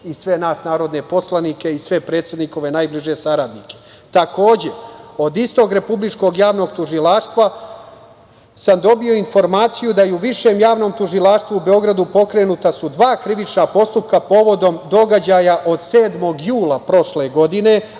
i sve nas narodne poslanike i sve predsednikove najbliže saradnike. Takođe, od istog Republičkog javnog tužilaštva sam dobio informaciju da su u Višem javnom tužilaštvu u Beogradu pokrenuta dva krivična postupka povodom događaja od 7. jula prošle godine,